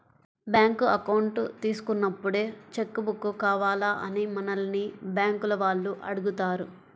bank account తీసుకున్నప్పుడే cheque book కావాలా అని మనల్ని బ్యేంకుల వాళ్ళు అడుగుతారు